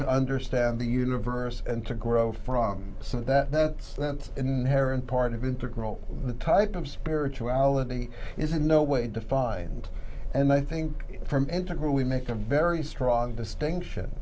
to understand the universe and to grow from some of that that's that's in there and part of integral type of spirituality is in no way defined and i think from integral we make a very strong distinction